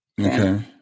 Okay